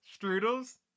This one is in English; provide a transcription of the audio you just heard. strudels